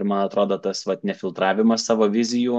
ir man atrodo tas vat nefiltravimas savo vizijų